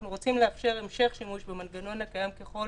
אנחנו רוצים לאפשר המשך שימוש במנגנון הקיים ככול